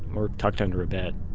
or tucked under a bed